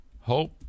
Hope